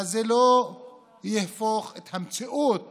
אבל זה לא יהפוך את המציאות